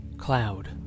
cloud